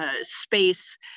Space